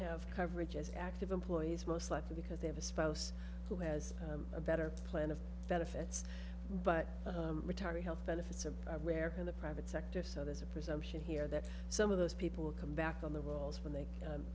have coverage as active employees most likely because they have a spouse who has a better plan of benefits but retiree health benefits are rare in the private sector so there's a presumption here that some of those people will come back on the worlds when they